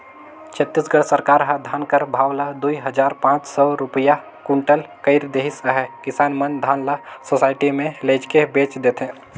छत्तीसगढ़ सरकार ह धान कर भाव ल दुई हजार पाच सव रूपिया कुटल कइर देहिस अहे किसान मन धान ल सुसइटी मे लेइजके बेच देथे